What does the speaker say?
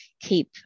keep